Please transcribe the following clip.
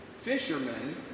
Fishermen